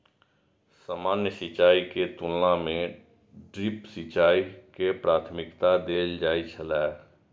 सामान्य सिंचाई के तुलना में ड्रिप सिंचाई के प्राथमिकता देल जाय छला